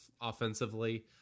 offensively